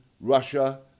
Russia